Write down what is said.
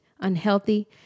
unhealthy